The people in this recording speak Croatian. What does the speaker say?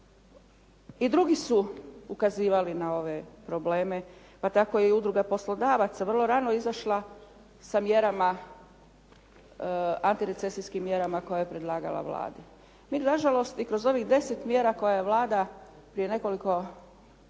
I drugi su ukazivali na ove probleme, pa tako je i Udruga poslodavaca vrlo rano izašla sa mjerama, antirecesijskim mjerama koje je predlagala Vlada. Mi nažalost i kroz ovih 10 mjera koje je Vlada prije nekoliko dana